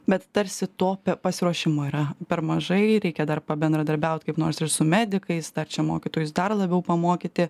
bet tarsi to pasiruošimo yra per mažai reikia dar pabendradarbiaut kaip nors ir su medikais dar čia mokytojus dar labiau pamokyti